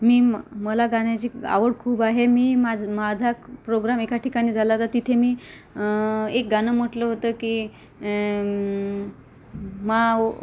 मी म मला गाण्याची आवड खूप आहे मी माज् माझा प्रोग्राम एका ठिकाणी झाला तर तिथे मी एक गाणं म्हटलं होतं की मांओ